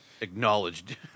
Acknowledged